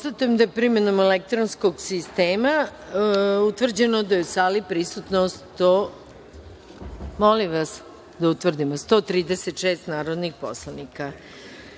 da je primenom elektronskog sistema utvrđeno da je u sali prisutno 136 narodnih poslanika